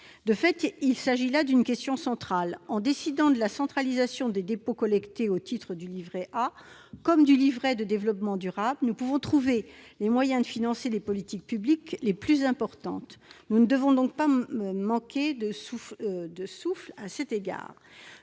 De fait, il s'agit là d'une question centrale. En décidant de la centralisation des dépôts collectés au titre du livret A comme du livret de développement durable, nous pouvons trouver les moyens de financer les politiques publiques les plus importantes. Nous ne devons donc pas manquer de souffle à cet égard.